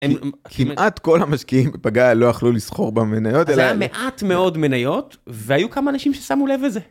כמעט כל המשקיעים בפגאיה לא יכלו לסחור במניות אלא מעט מאוד מניות והיו כמה אנשים ששמו לב בזה.